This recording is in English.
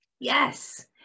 Yes